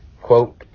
Quote